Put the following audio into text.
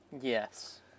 Yes